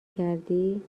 کردی